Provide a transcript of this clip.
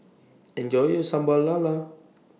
Enjoy your Sambal Lala